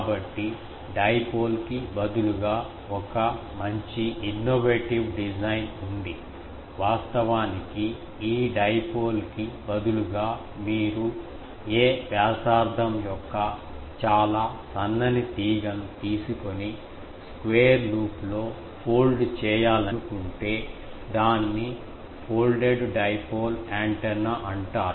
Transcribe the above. కాబట్టి డైపోల్ కి బదులుగా ఒక మంచి ఇన్నోవేటివ్ డిజైన్ ఉంది వాస్తవానికి ఈ డైపోల్ కి బదులుగా మీరు "a" వ్యాసార్థం యొక్క చాలా సన్నని తీగను తీసుకొని స్క్వేర్ లూప్లో ఫోల్డ్ చేయాలని మీరు అనుకుంటే దానిని ఫోల్డెడ్ డైపోల్ యాంటెన్నా అంటారు